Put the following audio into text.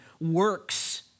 works